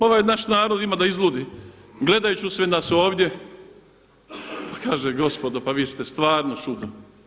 Ovaj naš narod ima da izludi gledajući u sve nas ovdje, pa kaže gospodo pa vi ste stvarno čudo.